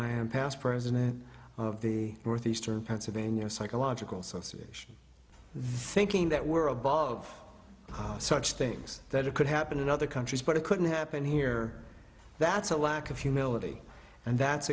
i am past president of the northeastern pennsylvania psychological association very keen that we're above such things that it could happen in other countries but it couldn't happen here that's a lack of humility and that's